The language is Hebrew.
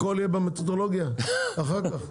הכול יהיה במתודולוגיה אחר כך?